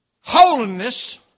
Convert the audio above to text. holiness